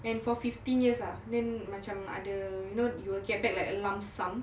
and for fifteen years ah then macam ada you will get back like a lump sum